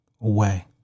away